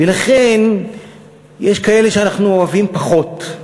ולכן יש כאלה שאנחנו אוהבים פחות,